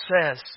says